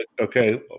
Okay